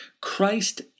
Christ